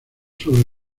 sobre